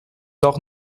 doch